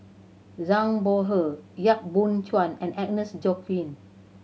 Zhang Bohe Yap Boon Chuan and Agnes Joaquim